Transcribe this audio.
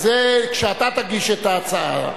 זה כשאתה תגיש את ההצעה.